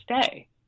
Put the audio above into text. stay